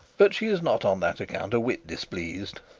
but she is not on that account a whit displeased.